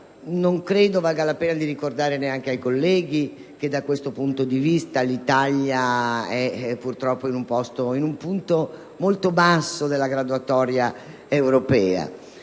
Non credo valga la pena di ricordare ai colleghi che da questo punto di vista l'Italia è purtroppo in un punto molto basso della graduatoria europea,